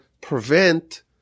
prevent